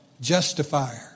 justifier